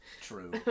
True